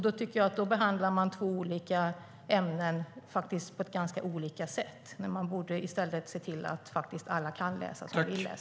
Då tycker jag att man behandlar två olika ämnen på ganska olika sätt. I stället borde man se till att alla kan läsa som vill läsa.